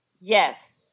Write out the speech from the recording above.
Yes